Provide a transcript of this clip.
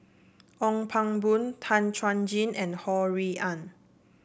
Ong Pang Boon Tan Chuan Jin and Ho Rui An